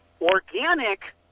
organic